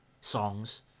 songs